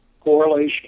correlation